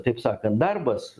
taip sakant darbas